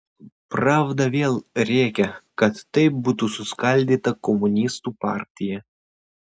pravda vėl rėkia kad taip būtų suskaldyta komunistų partija